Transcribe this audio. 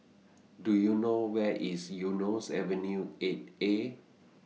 Do YOU know Where IS Eunos Avenue eight A